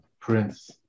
prince